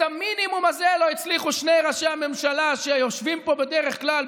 את המינימום הזה לא הצליחו שני ראשי הממשלה שיושבים פה בדרך כלל,